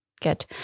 Good